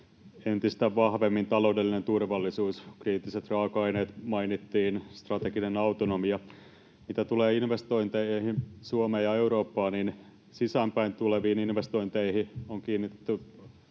entistä vahvemmin taloudellinen turvallisuus. Kriittiset raaka-aineet mainittiin, strateginen autonomia. Mitä tulee investointeihin Suomeen ja Eurooppaan, sisäänpäin tuleviin investointeihin on kiinnitetty